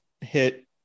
hit